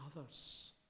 others